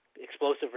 explosive